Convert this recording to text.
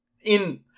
in-